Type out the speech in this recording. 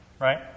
right